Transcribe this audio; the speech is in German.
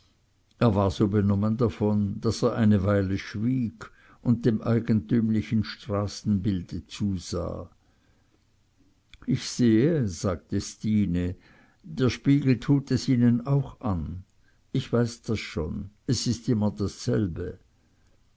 er war so benommen davon daß er eine weile schwieg und dem eigentümlichen straßenbilde zusah ich sehe sagte stine der spiegel tut es ihnen auch an ich weiß das schon es ist immer dasselbe